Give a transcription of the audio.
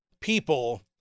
people